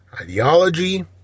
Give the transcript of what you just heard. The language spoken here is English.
ideology